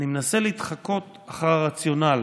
אני מנסה להתחקות אחר הרציונל,